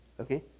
Okay